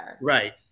Right